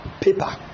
paper